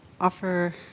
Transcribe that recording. offer